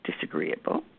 disagreeable